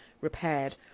repaired